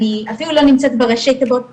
אני אפילו לא נמצאת בראשי תיבות הרשמיים,